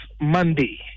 Monday